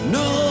no